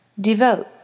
Devote